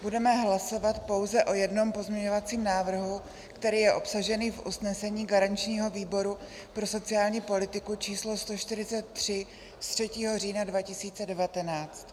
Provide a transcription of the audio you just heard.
Budeme hlasovat pouze o jednom pozměňovacím návrhu, který je obsažený v usnesení garančního výboru pro sociální politiku číslo 143 z 3. října 2019.